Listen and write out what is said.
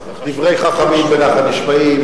דברי חכמים בנחת נשמעים,